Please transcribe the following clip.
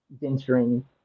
venturing